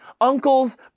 uncles